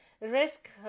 risk